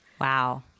Wow